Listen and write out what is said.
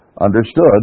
understood